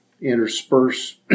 intersperse